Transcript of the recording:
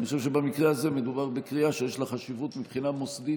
אני חושב שבמקרה הזה מדובר בקריאה שיש לה חשיבות מבחינה מוסדית,